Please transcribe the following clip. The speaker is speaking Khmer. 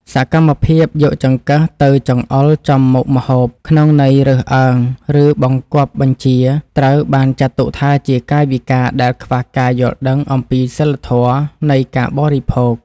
សកម្មភាពយកចង្កឹះទៅចង្អុលចំមុខម្ហូបក្នុងន័យរើសអើងឬបង្គាប់បញ្ជាត្រូវបានចាត់ទុកថាជាកាយវិការដែលខ្វះការយល់ដឹងអំពីសីលធម៌នៃការបរិភោគ។